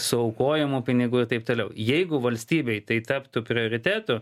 suaukojamų pinigų ir taip toliau jeigu valstybei tai taptų prioritetu